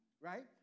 right